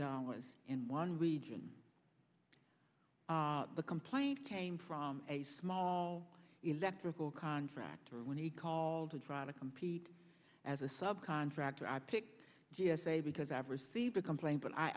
dollars in one region the complaint came from a small electrical contractor when he called to try to compete as a sub contractor i picked g s a because i've received a complaint but i